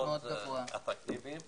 מאוד אטרקטיביים.